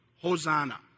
Hosanna